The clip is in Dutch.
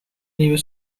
nieuwe